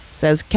says